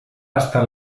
hasta